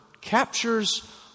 captures